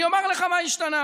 אני אומר לך מה השתנה.